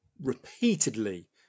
repeatedly